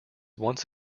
once